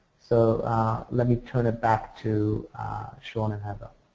so let me turned it back to sean and heather.